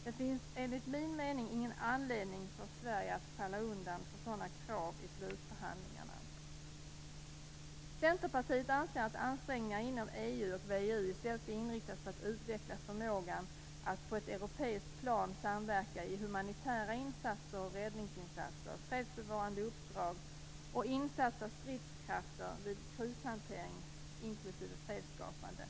Det finns enligt min mening ingen anledning för Sverige att falla undan för sådana krav i slutförhandlingarna. Centerpartiet anser att ansträngningarna inom EU och VEU i stället skall inriktas på att utveckla förmågan att på ett europeiskt plan samverka i humanitära insatser, räddningsinsatser, fredsbevarande uppdrag och insats av stridskrafter vid krishantering, inklusive fredsskapande.